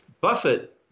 Buffett